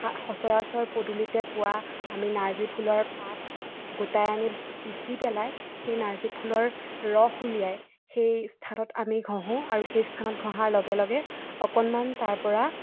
সা সচৰাচৰ পদূলিতে পোৱা আমি নাৰ্জীফুলৰ পাত গোটাই আনি পিচি পেলাই সেই নাৰ্জীফুলৰ ৰস উলিয়াই সেই স্থানত আমি ঘঁহোঁ আৰু সেই স্থানত ঘঁহাৰ লগে লগে অকণমান তাৰপৰা